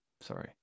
sorry